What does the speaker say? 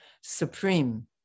supreme